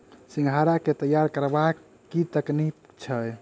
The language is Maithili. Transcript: सिंघाड़ा केँ तैयार करबाक की तकनीक छैक?